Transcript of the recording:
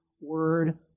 Word